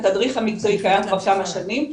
והתדריך המקצועי קיים כבר כמה שנים.